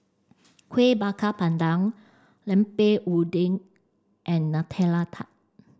Kueh Bakar Pandan Lemper Udang and Nutella Tart